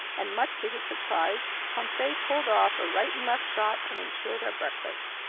and much to his surprise, conseil pulled off a right-and-left shot and insured our breakfast.